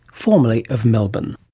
formerly of melbourne